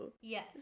Yes